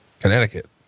Connecticut